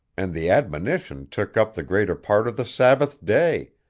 and the admonition took up the greater part of the sabbath day,